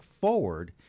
forward